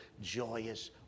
joyous